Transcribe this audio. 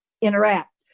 interact